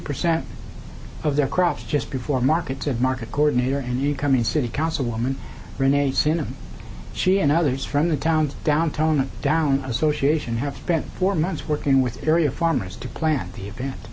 percent of their crops just before markets and market coordinator and you come in city councilwoman renee santa she and others from the towns down tone down association have spent four months working with area farmers to plan the event